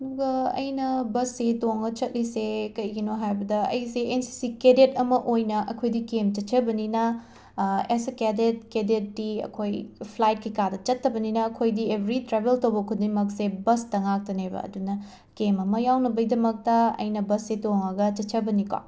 ꯑꯗꯨꯒ ꯑꯩꯅ ꯕꯁꯁꯦ ꯇꯣꯡꯉꯒ ꯆꯠꯂꯤꯁꯦ ꯀꯩꯒꯤꯅꯣ ꯍꯥꯏꯕꯗ ꯑꯩꯁꯦ ꯑꯦꯟ ꯁꯤ ꯁꯤ ꯀꯦꯗꯦꯠ ꯑꯃ ꯑꯣꯏꯅ ꯑꯩꯈꯣꯏꯗꯤ ꯀꯦꯝ ꯆꯠꯆꯕꯅꯤꯅ ꯑꯦꯁ ꯑꯦ ꯀꯦꯗꯦꯠ ꯀꯦꯗꯦꯠꯇꯤ ꯑꯩꯈꯣꯏ ꯐ꯭ꯂꯥꯏꯠ ꯀꯩ ꯀꯥꯗ ꯆꯠꯇꯕꯅꯤꯅ ꯑꯩꯈꯣꯏꯗꯤ ꯑꯦꯕ꯭ꯔꯤ ꯇ꯭ꯔꯕꯦꯜ ꯇꯧꯕ ꯈꯨꯗꯤꯡꯃꯛꯁꯦ ꯕꯁꯇ ꯉꯥꯛꯇꯅꯦꯕ ꯑꯗꯨꯅ ꯀꯦꯝ ꯑꯃ ꯌꯥꯎꯅꯕꯒꯤꯗꯃꯛꯇ ꯑꯩꯅ ꯕꯁꯁꯦ ꯇꯣꯡꯉꯒ ꯆꯠꯆꯕꯅꯤꯀꯣ